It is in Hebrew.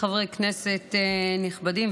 חברי כנסת נכבדים,